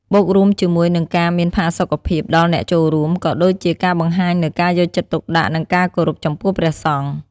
បូករួមជាមួយនិងការមានផាសុខភាពដល់អ្នកចូលរួម ក៏ដូចជាការបង្ហាញនូវការយកចិត្តទុកដាក់ និងការគោរពចំពោះព្រះសង្ឃ។